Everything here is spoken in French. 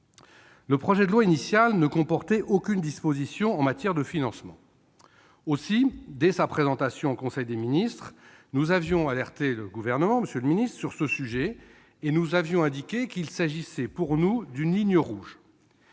Le projet de loi initial ne comportait aucune disposition en matière de financement. Aussi, dès sa présentation en conseil des ministres, avions-nous alerté le Gouvernement sur ce sujet et indiqué qu'il s'agissait pour nous d'une « ligne rouge